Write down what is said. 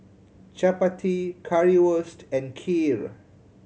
Chapati Currywurst and Kheer